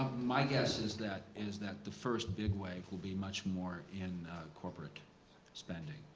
my guess is that is that the first big wave will be much more in corporate spending,